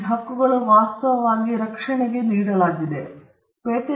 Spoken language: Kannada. ಈ ಹಕ್ಕುಗಳು ವಾಸ್ತವವಾಗಿ ರಕ್ಷಣೆಗೆ ಏನು ನೀಡಲಾಗಿದೆ ಎಂಬುದರ ಬಗ್ಗೆ